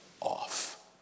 off